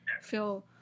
feel